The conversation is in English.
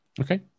okay